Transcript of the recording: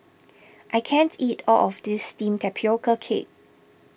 I can't eat all of this Steamed Tapioca Cake